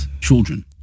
children